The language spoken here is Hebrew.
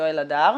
יואל הדר,